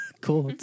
Cool